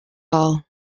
all